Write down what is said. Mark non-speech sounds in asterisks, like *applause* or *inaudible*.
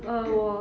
*coughs*